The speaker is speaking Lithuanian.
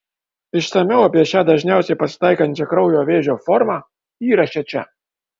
išsamiau apie šią dažniausiai pasitaikančią kraujo vėžio formą įraše čia